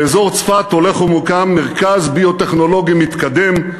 באזור צפת הולך ומוקם מרכז ביוטכנולוגי מתקדם,